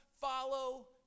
follow